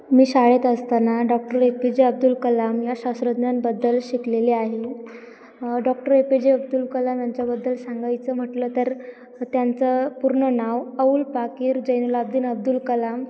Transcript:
मी शाळेत असताना doctor A P J Abdul Kalam या शास्त्रज्ञांबद्दल शिकलेले आहे doctor A P J Abdul Kalam यांच्याबद्दल सांगायचं म्हटलं तर त्यांचं पूर्ण नाव अवुल पाकीर जैनलाब्दीन अब्दुल कलाम